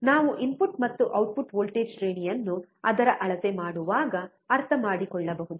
ನಾವು ಇನ್ಪುಟ್ ಮತ್ತು output voltage ಶ್ರೇಣಿಯನ್ನು ಅದರ ಅಳತೆ ಮಾಡುವಾಗ ಅರ್ಥಮಾಡಿಕೊಳ್ಳಬಹುದು